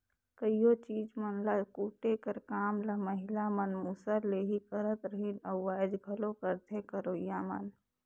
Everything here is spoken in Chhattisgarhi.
कइयो चीज मन ल कूटे कर काम ल महिला मन मूसर ले ही करत रहिन अउ आएज घलो करथे करोइया मन